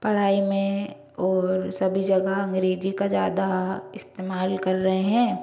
पढ़ाई में और सभी जगह अंग्रेज़ी का ज़्यादा इस्तेमाल कर रहें हैं